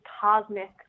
cosmic